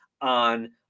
on